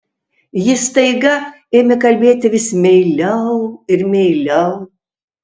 ji staiga ėmė kalbėti vis meiliau ir meiliau